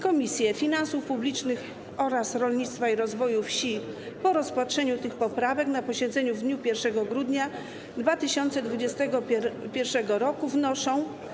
Komisje: Finansów Publicznych oraz Rolnictwa i Rozwoju Wsi po rozpatrzeniu tych poprawek na posiedzeniu w dniu 1 grudnia 2021 r. wnoszą: